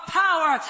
power